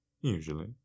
usually